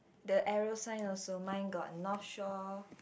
the arrow sign also mine got North Shore